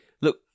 look